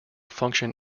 function